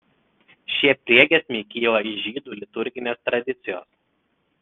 šie priegiesmiai kyla iš žydų liturginės tradicijos